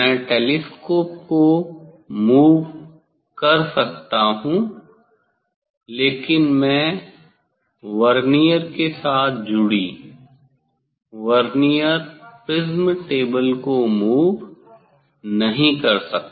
मैं टेलीस्कोप को मूव कर सकता हूं लेकिन मैं वर्नियर के साथ जुड़ी वर्नियर प्रिज्म टेबल को मूव नहीं कर सकता